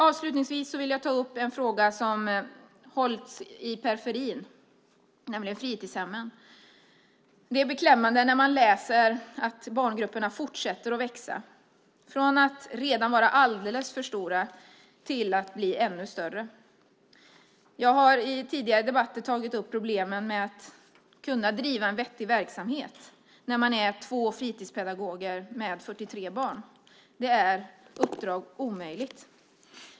Avslutningsvis vill jag ta upp en fråga som hållits i periferin, nämligen fritidshemmen. Det är beklämmande när man läser att barngrupperna fortsätter att växa, från att redan vara alldeles för stora till att bli än större. Jag har i tidigare debatter tagit upp problemen med att kunna driva en vettig verksamhet när man är två fritidspedagoger på 43 barn. Det är ett omöjligt uppdrag.